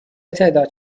تعداد